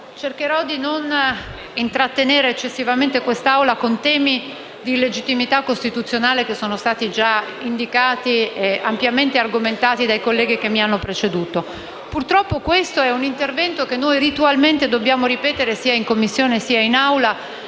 cercherò di non intrattenere eccessivamente quest'Assemblea con i temi di legittimità costituzionale che sono stati già indicati e ampiamente argomentati dai colleghi che mi hanno preceduto, ma purtroppo questo è un intervento che dobbiamo ritualmente ripetere sia in Commissione che in